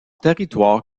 territoire